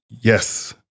Yes